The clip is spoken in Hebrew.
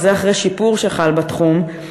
וזה אחרי שיפור שחל בתחום,